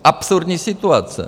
Absurdní situace.